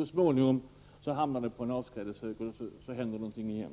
Så småningom hamnar den på en avskrädeshög, och så händer någonting igen.